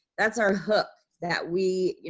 that's our hook that we, you